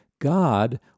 God